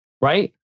Right